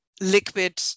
liquid